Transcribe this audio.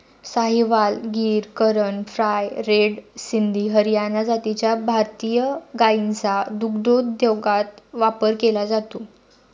Sahiwal, Gir, Karan Fries, red Sindhi, Haryana जातीच्या भारतीय गायींचा दुग्धोद्योगात वापर केला जातो